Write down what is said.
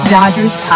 Dodgers